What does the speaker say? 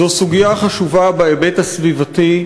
זו סוגיה חשובה בהיבט הסביבתי,